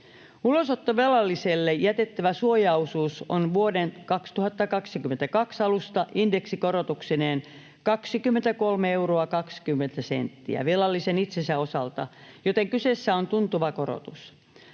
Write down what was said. Ulosottovelalliselle jätettävä suojaosuus on vuoden 2022 alusta indeksikorotuksineen 23 euroa 20 senttiä velallisen itsensä osalta, joten kyseessä on tuntuva korotus.